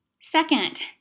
Second